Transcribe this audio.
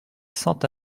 cent